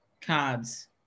cards